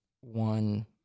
one